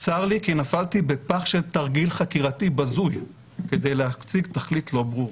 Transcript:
צר לי כי נפלתי בפח של תרגיל חקירתי בזוי כדי להציג תכלית לא ברורה".